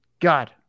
God